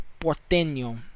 porteño